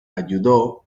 ayudó